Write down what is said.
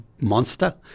monster